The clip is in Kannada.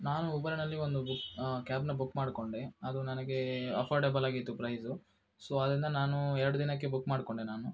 ನಾನು ಉಬರ್ನಲ್ಲಿ ಒಂದು ಕ್ಯಾಬ್ನ ಬುಕ್ ಮಾಡಿಕೊಂಡೆ ಅದು ನನಗೆ ಅಫರ್ಡಬಲಾಗಿತ್ತು ಪ್ರೈಸು ಸೊ ಅದರಿಂದ ನಾನು ಎರಡು ದಿನಕ್ಕೆ ಬುಕ್ ಮಾಡಿಕೊಂಡೆ ನಾನು